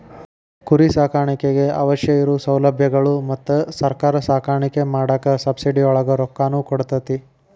ಕುರಿ ಸಾಕಾಣಿಕೆಗೆ ಅವಶ್ಯ ಇರು ಸೌಲಬ್ಯಗಳು ಮತ್ತ ಸರ್ಕಾರಾ ಸಾಕಾಣಿಕೆ ಮಾಡಾಕ ಸಬ್ಸಿಡಿ ಒಳಗ ರೊಕ್ಕಾನು ಕೊಡತತಿ